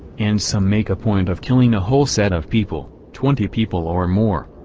and some make a point of killing a whole set of people, twenty people or more.